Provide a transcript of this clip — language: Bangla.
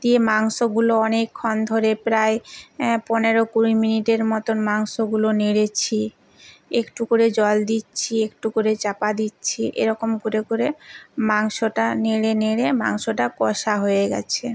দিয়ে মাংসগুলো অনেকক্ষণ ধরে প্রায় পনেরো কুড়ি মিনিটের মতোন মাংসগুলো নেড়েছি একটু করে জল দিচ্ছি একটু করে চাপা দিচ্ছি এরকম করে করে মাংসটা নেড়ে নেড়ে মাংসটা কষা হয়ে গেছে